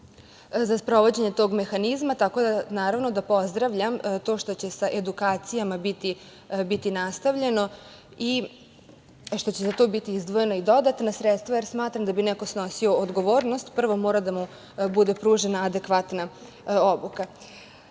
za sprovođenje tog mehanizma, tako da pozdravljam to što će sa edukacijama biti nastavljeno i što će za to biti izdvojena i dodatna sredstva, jer smatram da bi neko snosio odgovornost. Prvo mora da mu bude pružena adekvatna